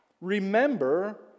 Remember